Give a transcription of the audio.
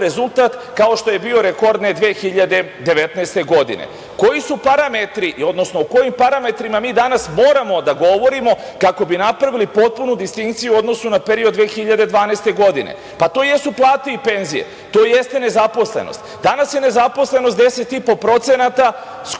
rezultat kao što je bio rekordne 2019. godine. Koji su parametri, odnosno o kojim parametrima mi danas moramo da govorimo kako bismo napravili potpunu distinkciju u odnosu na period od 2012. godine? Pa, to jesu plate i penzije. To jeste nezaposlenost. Danas je nezaposlenost 10,5%,